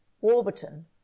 Warburton